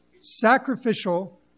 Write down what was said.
sacrificial